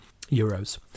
euros